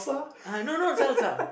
uh no no salsa